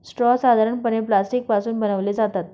straw साधारणपणे plastic पासून बनवले जातात